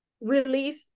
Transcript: release